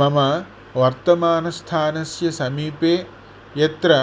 मम वर्तमानस्थानस्य समीपे यत्र